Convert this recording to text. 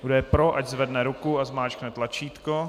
Kdo je pro, ať zvedne ruku a zmáčkne tlačítko.